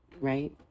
right